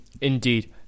indeed